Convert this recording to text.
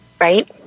Right